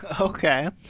Okay